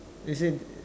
you see